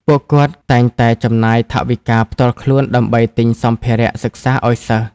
ពួកគាត់តែងតែចំណាយថវិកាផ្ទាល់ខ្លួនដើម្បីទិញសម្ភារៈសិក្សាឲ្យសិស្ស។